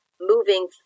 moving